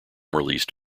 released